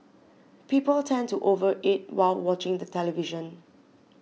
people tend to over eat while watching the television